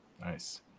Nice